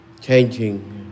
changing